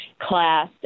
class